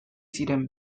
ziren